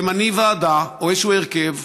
תמני ועדה או איזשהו הרכב.